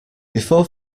before